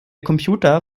computer